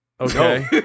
Okay